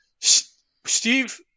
Steve